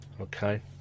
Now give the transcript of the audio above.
Okay